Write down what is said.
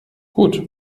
gut